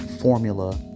formula